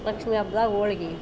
ಲಕ್ಷ್ಮೀ ಹಬ್ದಾಗ ಹೋಳ್ಗಿ